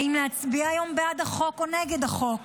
האם להצביע היום בעד החוק או נגד החוק,